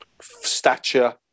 stature